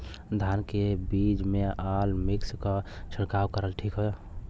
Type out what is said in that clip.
धान के बिज में अलमिक्स क छिड़काव करल ठीक ह?